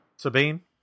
Sabine